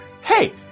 Hey